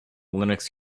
linux